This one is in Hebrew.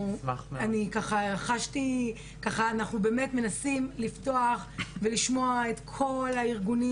אנחנו באמת מנסים לפתוח ולשמוע את כל הארגונים